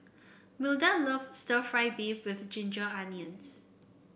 Milda loves stir fry beef with Ginger Onions